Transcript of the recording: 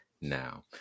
now